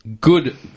good